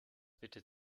bitte